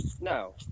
No